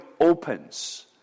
opens